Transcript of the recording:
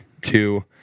Two